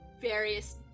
various